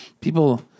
People